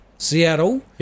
Seattle